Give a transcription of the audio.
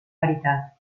veritat